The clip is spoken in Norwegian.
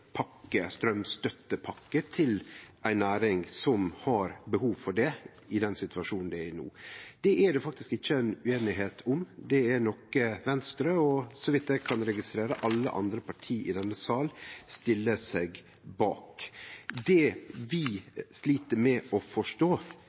til ei næring som har behov for det, i den situasjonen som er no. Det er det faktisk ikkje ueinigheit om, det er noko Venstre og, så vidt eg kan registrere, alle andre parti i denne salen stiller seg bak. Det vi